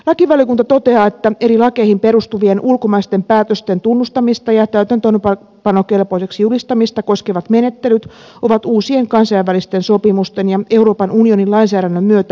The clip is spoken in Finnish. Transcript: lakivaliokunta toteaa että eri lakeihin perustuvien ulkomaisten päätösten tunnustamista ja täytäntöönpanokelpoiseksi julistamista koskevat menettelyt ovat uusien kansainvälisten sopimusten ja euroopan unionin lainsäädännön myötä eriytyneet